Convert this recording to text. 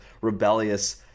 rebellious